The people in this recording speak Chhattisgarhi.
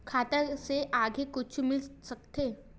खाता से आगे कुछु मिल सकथे?